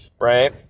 right